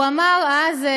הוא אמר אז,